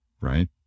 right